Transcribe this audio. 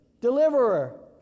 Deliverer